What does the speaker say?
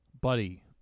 Buddy